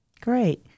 Great